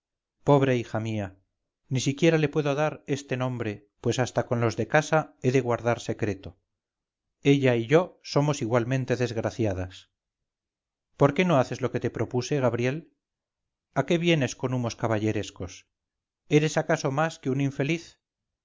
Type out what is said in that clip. pobre hija mía ni siquiera le puedo dar este nombre pues hasta con los de casa he de guardar secreto ella y yo somos igualmente desgraciadas por qué no haces lo que te propuse gabriel a que vienes con humos caballerescos eres acaso más que un infeliz